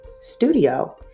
studio